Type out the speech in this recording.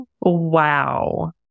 Wow